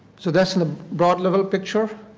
so that is a broad little picture.